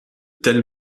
telles